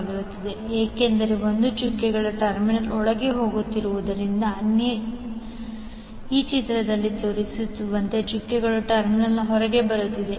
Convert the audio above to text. ಆಗಿರುತ್ತದೆ ಯಾಕೆಂದರೆ 1 ಚುಕ್ಕೆಗಳ ಟರ್ಮಿನಲ್ ಒಳಗೆ ಹೋಗುತ್ತಿರುವುದರಿಂದ ಅನ್ಯ ಈ ಚಿತ್ರದಲ್ಲಿ ತೋರಿಸಿರುವಂತೆ ಚುಕ್ಕೆಗಳ ಟರ್ಮಿನಲ್ ಹೊರಗೆ ಬರುತ್ತಿದೆ